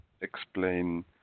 explain